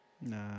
Nah